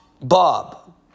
Bob